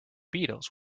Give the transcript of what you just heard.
beatles